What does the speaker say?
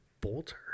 Bolter